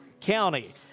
county